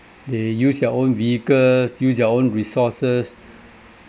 they use their own vehicles use their own resources